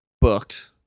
booked